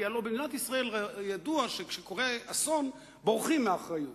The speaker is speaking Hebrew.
כי הלוא במדינת ישראל ידוע שכשקורה אסון בורחים מאחריות.